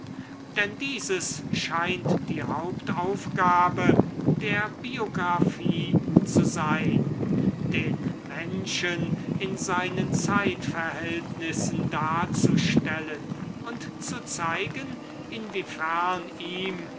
denn dieses scheint die hauptaufgabe der biographie zu sein den menschen in seinen zeitverhältnissen darzustellen und zu zeigen inwiefern ihm